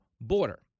border